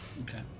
Okay